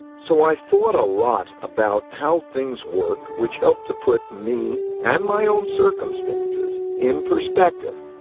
so i thought a lot about how things work, which helped to put me, and my own circumstances, in perspective.